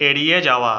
এড়িয়ে যাওয়া